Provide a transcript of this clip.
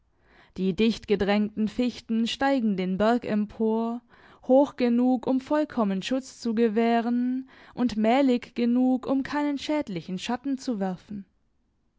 die dichtgedrängten fichten steigen den berg empor hoch genug um vollkommen schutz zu gewähren und mählig genug um keinen schädlichen schatten zu werfen